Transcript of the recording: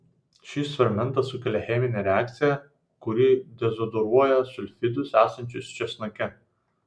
šis fermentas sukelia cheminę reakciją kuri dezodoruoja sulfidus esančius česnake